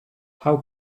how